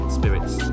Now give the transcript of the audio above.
spirits